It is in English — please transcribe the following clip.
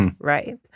Right